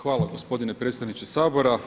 Hvala gospodine predsjedniče Sabora.